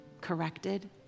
corrected